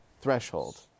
threshold